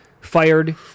fired